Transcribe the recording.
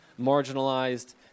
marginalized